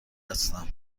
هستم